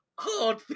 Hard